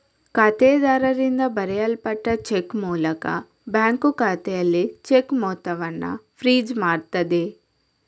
ಖಾತೆದಾರರಿಂದ ಬರೆಯಲ್ಪಟ್ಟ ಚೆಕ್ ಮೂಲಕ ಬ್ಯಾಂಕು ಖಾತೆಯಲ್ಲಿ ಚೆಕ್ ಮೊತ್ತವನ್ನ ಫ್ರೀಜ್ ಮಾಡ್ತದೆ